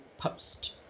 post